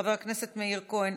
חבר הכנסת מאיר כהן,